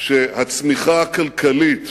שהצמיחה הכלכלית